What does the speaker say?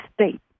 state